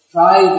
Try